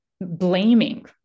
blaming